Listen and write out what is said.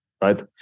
Right